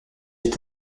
est